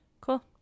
cool